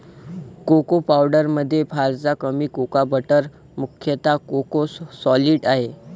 cocoa पावडरमध्ये फारच कमी कोको बटर मुख्यतः कोको सॉलिड आहे